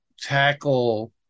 tackle